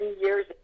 years